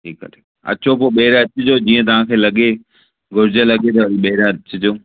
ठीकु आहे ठीकु अचो पोइ ॿियर अचिजो जीअं तव्हांखे लगे घुरिज लगे त ॿियर अचिजो